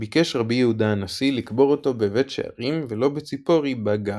ביקש רבי יהודה הנשיא לקבור אותו בבית שערים ולא בציפורי בה גר,